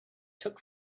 took